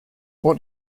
what